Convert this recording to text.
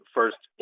first